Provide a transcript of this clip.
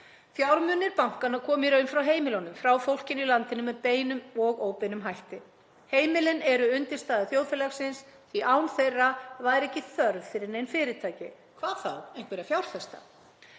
Fjármunir bankanna komu í raun frá heimilunum, frá fólkinu í landinu með beinum og óbeinum hætti. Heimilin eru undirstaða þjóðfélagsins því að án þeirra væri ekki þörf fyrir nein fyrirtæki, hvað þá einhverja fjárfesta.